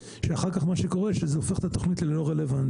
שאחר כך מה שקורה זה שזה הופך את התכנית ללא רלוונטית.